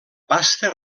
pasta